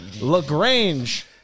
LaGrange